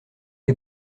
les